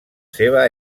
seva